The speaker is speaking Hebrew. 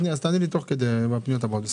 אז תעני לי תוך כדי הפניות הבאות.